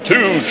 Two